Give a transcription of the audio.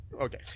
Okay